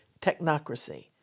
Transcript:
technocracy